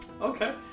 Okay